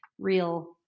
real